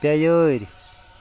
بیٚیٲر